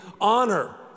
honor